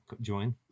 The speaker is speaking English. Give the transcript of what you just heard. join